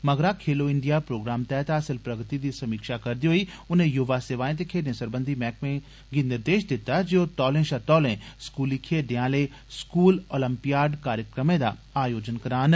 मगरा Khelo India programme तैहत हासल प्रगति दी समीक्षा करदे होई उनें युवा सेवाएं ते खेड्ढें सरबंधी मैह्कमे गी निर्देष दित्ता जे ओह् तौले षा तौले स्कूली खेड्ढें आहले स्कूल ओलंपियाड कार्यक्रमें दा आयोजन करोआन